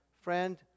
friend